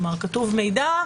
כלומר, כתוב: מידע,